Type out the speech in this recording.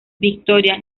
victoria